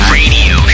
radio